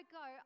go